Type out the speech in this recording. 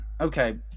okay